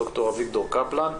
הד"ר אביגדור קפלן,